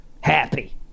happy